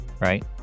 right